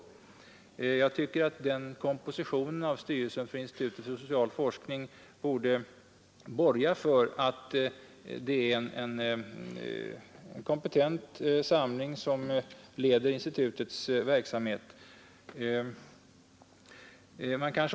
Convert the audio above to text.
Jag tycker att den kompositionen av styrelsen för institutet för social forskning borde borga för att det är en kompetent församling som leder institutets verksamhet.